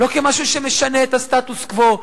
לא כמשהו שמשנה את הסטטוס-קוו.